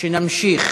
שנמשיך